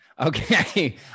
Okay